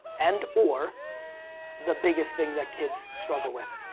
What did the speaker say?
and or the biggest thing that kids struggle with,